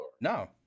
no